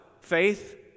faith